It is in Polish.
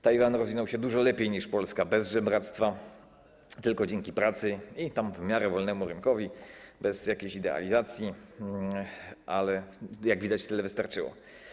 Tajwan rozwinął się dużo lepiej niż Polska bez żebractwa, tylko dzięki pracy i w miarę wolnemu rynkowi, bez jakiejś idealizacji, ale - jak widać - tyle wystarczyło.